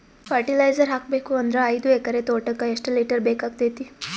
Fertiliser ಹಾಕಬೇಕು ಅಂದ್ರ ಐದು ಎಕರೆ ತೋಟಕ ಎಷ್ಟ ಲೀಟರ್ ಬೇಕಾಗತೈತಿ?